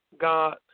God